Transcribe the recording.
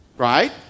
Right